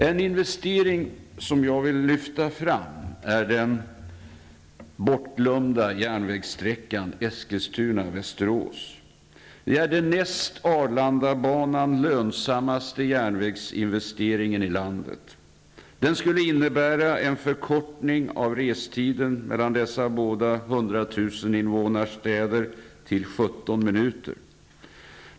En investering som jag vill lyfta fram är den Västerås. Det är den näst Arlandabanan lönsammaste järnvägsinvesteringen i landet. Den skulle innebära en förkortning av restiden mellan dessa båda städer med ca 100 000 invånare till 17 minuter.